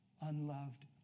unloved